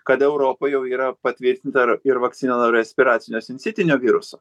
kad europoj jau yra patvirtinta ir ir vakcina nuo respiracinio sincitinio viruso